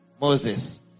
Moses